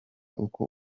uko